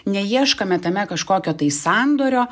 neieškome tame kažkokio tai sandorio